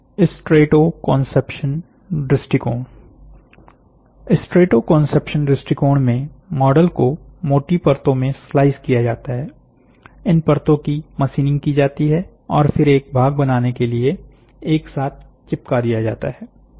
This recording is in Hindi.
स्ट्रेटोकोनसेप्शन दृष्टिकोण स्ट्रेटोकोनसेप्शन दृष्टिकोण में मॉडल को मोटी परतों में स्लाइस किया जाता है इन परतो की मशीनिंग की जाती है और फिर एक भाग बनाने के लिए एक साथ चिपका दिया जाता है